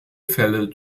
fälle